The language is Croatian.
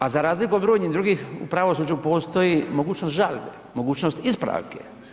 A za razliku od brojnih drugih u pravosuđu postoji mogućnost žalbe, mogućnost ispravke.